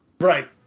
Right